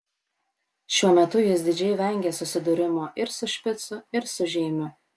šiuo metu jis didžiai vengė susidūrimo ir su špicu ir su žeimiu